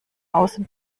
außen